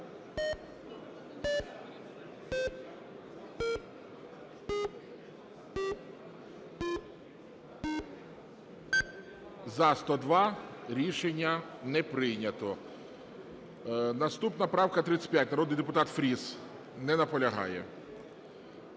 За-102 Рішення не прийнято. Наступна правка 35, народний депутат Фріс. Не наполягає.